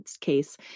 case